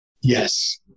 Yes